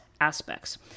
aspects